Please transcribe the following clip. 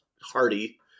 hardy